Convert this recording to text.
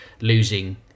losing